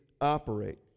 operate